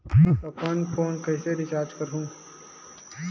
अपन phone recharge कइसे करहु?